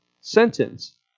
sentence